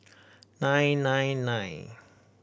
nine nine nine